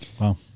Wow